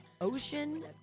ocean